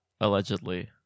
allegedly